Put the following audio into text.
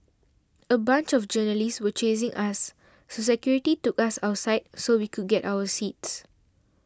a bunch of journalists were chasing us so security took us outside so we could get our seats